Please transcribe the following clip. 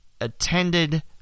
attended